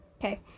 Okay